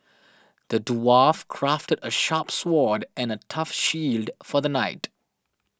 the dwarf crafted a sharp sword and a tough shield for the knight